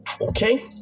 Okay